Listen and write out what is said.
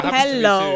hello